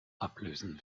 ablösen